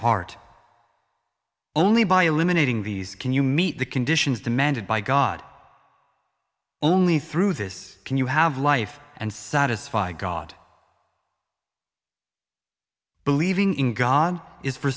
heart only by eliminating these can you meet the conditions demanded by god only through this can you have life and satisfy god believing in god is for